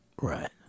right